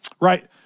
Right